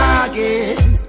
again